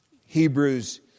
Hebrews